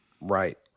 Right